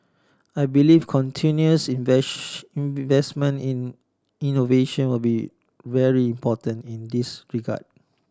I believe continuous investment in innovation will be very important in this regard